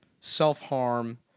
self-harm